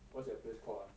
what's that place called ah